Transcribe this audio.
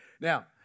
Now